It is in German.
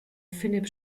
philip